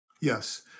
yes